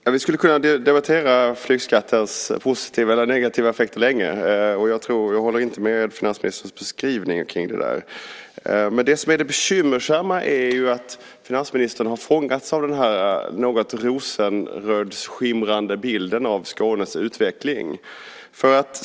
Herr talman! Vi skulle kunna debattera flygskattens positiva eller negativa effekter länge. Jag håller inte med om finansministerns beskrivning kring detta. Det bekymmersamma är ju att finansministern har fångats av den här något rosenskimrande bilden av Skånes utveckling.